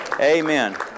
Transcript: Amen